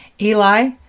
Eli